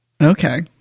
okay